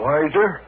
Wiser